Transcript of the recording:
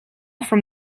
from